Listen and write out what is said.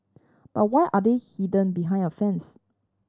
but why are they hidden behind a fence